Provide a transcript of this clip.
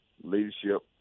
leadership